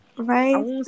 Right